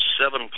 seven